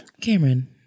Cameron